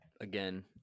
again